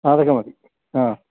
അതൊക്കെ മതി ആ